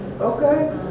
Okay